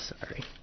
sorry